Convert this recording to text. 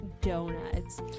donuts